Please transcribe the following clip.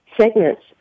segments